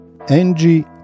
Angie